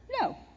No